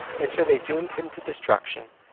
and so they doomed him to destruction,